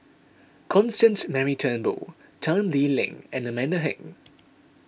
Constance Mary Turnbull Tan Lee Leng and Amanda Heng